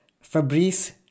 Fabrice